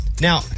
now